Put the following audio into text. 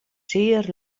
zeer